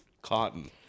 cotton